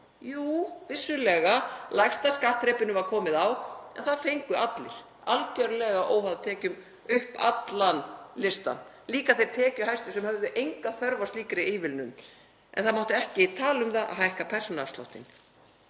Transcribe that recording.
Jú, vissulega, lægsta skattþrepinu var komið á en það fengu allir, algerlega óháð tekjum upp allan listann, líka þeir tekjuhæstu sem höfðu enga þörf á slíkri ívilnun. En það mátti ekki tala um að hækka persónuafsláttinn.